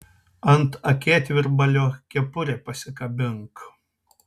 ant akėtvirbalio kepurę pasikabink